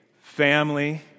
family